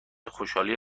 خوشحالی